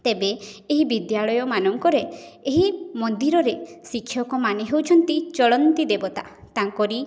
ତେବେ ଏହି ବିଦ୍ୟାଳୟମାନଙ୍କରେ ଏହି ମନ୍ଦିରରେ ଶିକ୍ଷକମାନେ ହଉଛନ୍ତି ଚଳନ୍ତି ଦେବତା ତାଙ୍କରି